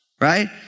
right